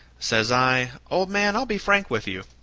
says i, old man, i'll be frank with you.